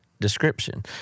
description